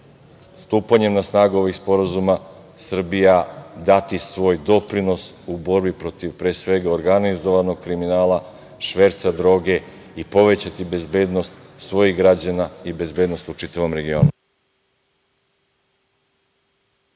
stupanjem na snagu ovih sporazuma Srbija dati svoj doprinos u borbi protiv pre svega, organizovanog kriminala, šverca droge i povećati bezbednost svojih građana i bezbednost u čitavom regionu.